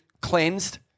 cleansed